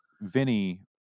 Vinny